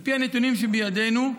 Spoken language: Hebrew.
על פי הנתונים שבידינו,